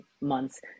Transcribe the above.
months